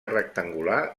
rectangular